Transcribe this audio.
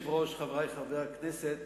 לביני לא היה שר רווחה.